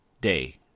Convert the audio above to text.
day